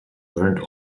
burned